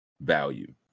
value